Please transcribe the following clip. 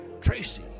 Tracy